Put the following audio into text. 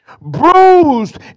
Bruised